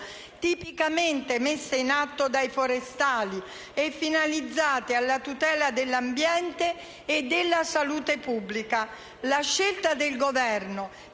tipicamente messe in atto dai forestali e finalizzate alla tutela dell'ambiente e della salute pubblica. La scelta del Governo